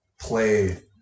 play